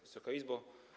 Wysoka Izbo!